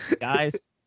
Guys